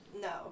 No